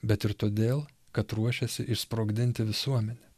bet ir todėl kad ruošiasi išsprogdinti visuomenę